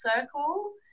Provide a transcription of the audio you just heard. circle